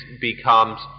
becomes